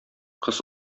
кыз